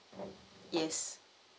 yes